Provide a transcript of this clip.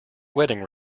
wedding